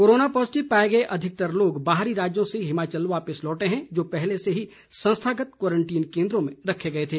corona positive पाए गए अधिकतर लोग बाहरी राज्यों से हिमाचल वापस लौटे हैं जो पहले से ही संस्थागत क्वारंटीन केन्द्रों में रखे गए थे